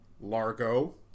Largo